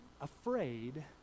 afraid